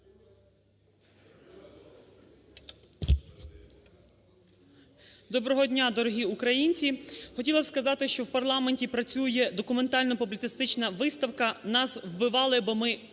Доброго дня, дорогі українці! Хотіла би сказати, що в парламенті працює документально-публіцистична виставка "Нас вбивали, бо ми